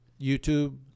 YouTube